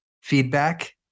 feedback